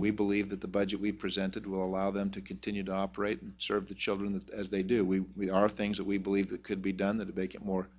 we believe that the budget we presented will allow them to continue to operate serve the children as they do we we are things that we believe could be done that make it more